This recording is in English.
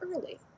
early